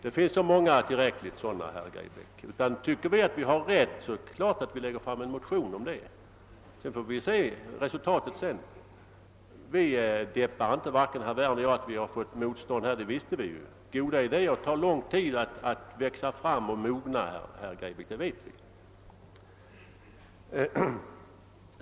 Det finns tillräckligt många sådana politiker, herr Grebäck. Tycker vi att vi har rätt, är det klart att vi väcker en motion i ämnet. Sedan får vi se resultatet. Varken herr Werner eller jag deppar över att vi har mött motstånd. Det visste vi ju att vi skulle möta. Goda idéer tar lång tid att växa fram och mogna, herr Grebäck. Det vet vi.